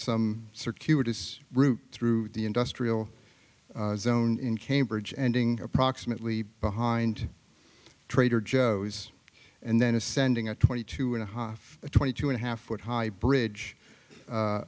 some circular does route through the industrial zone in cambridge ending approximately behind trader joe's and then ascending a twenty two and a half a twenty two and a half foot high bridge